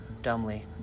dumbly